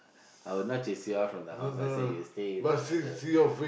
I will not chase you out from the house I will say you stay in another room